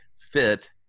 fit